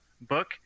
book